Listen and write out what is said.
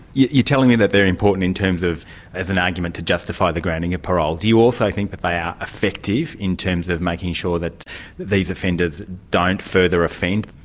you're you're telling me that they're important in terms of as an argument to justify the granting of parole. do you also think that they are effective in terms of making sure that these offenders don't further offend?